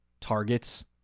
targets